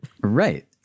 Right